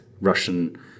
Russian